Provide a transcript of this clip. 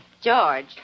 George